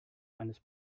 eines